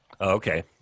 Okay